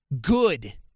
good